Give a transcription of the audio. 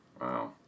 Wow